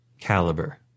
Caliber